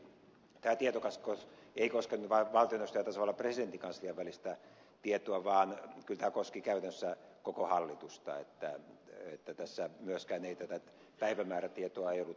niin kuin totesin tämä tietokatkos ei koskenut vain valtioneuvoston ja tasavallan presidentin kanslian välistä tietoa vaan kyllä tämä koski käytännössä koko hallitusta että tässä myöskään tätä päivämäärätietoa ei ollut hallituksen piirissä